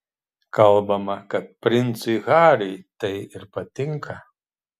kalbama kad princui harry tai ir patinka